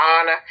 honor